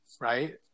right